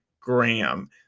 Graham